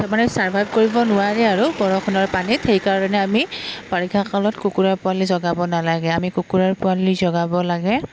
তাৰমানে চাৰভাইভ কৰিব নোৱাৰি আৰু বৰষুণৰ পানীত সেইকাৰণে আমি বাৰিষা কালত কুকুৰা পোৱালি জগাব নালাগে আমি কুকুৰাৰ পোৱালি জগাব লাগে